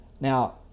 Now